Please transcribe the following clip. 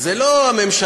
זה לא הממשלה,